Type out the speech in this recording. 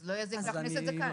אז לא יזיק להכניס את זה כאן.